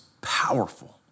powerful